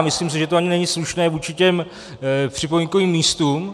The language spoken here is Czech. Myslím si, že to ani není slušné vůči těm připomínkovým místům.